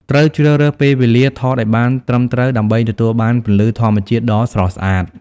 ត្រូវជ្រើសរើសពេលវេលាថតឲ្យបានត្រឹមត្រូវដើម្បីទទួលបានពន្លឺធម្មជាតិដ៏ស្រស់ស្អាត។